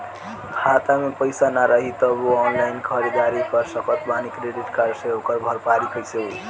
खाता में पैसा ना रही तबों ऑनलाइन ख़रीदारी कर सकत बानी क्रेडिट कार्ड से ओकर भरपाई कइसे होई?